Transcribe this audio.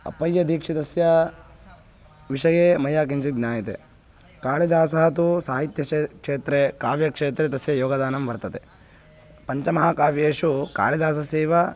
अप्पय्यदीक्षितस्य विषये मया किञ्चित् ज्ञायते कालिदासः तु साहित्यक्षेत्रे काव्यक्षेत्रे तस्य योगदानं वर्तते पञ्चमहाकाव्येषु कालिदासस्यैव